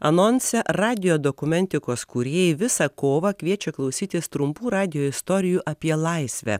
anonse radijo dokumentikos kūrėjai visą kovą kviečia klausytis trumpų radijo istorijų apie laisvę